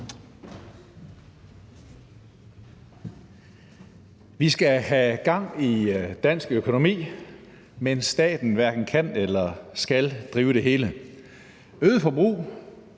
Vi skal have gang i dansk økonomi, men staten hverken kan eller skal drive det hele. Øget forbrug